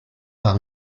par